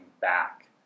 back